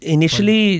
Initially